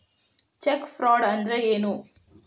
Check fraud ಅಂದ್ರ ಏನು?